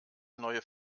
neue